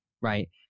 right